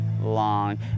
long